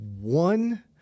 one